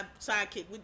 sidekick